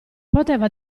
poteva